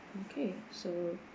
okay so